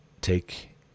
take